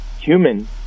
human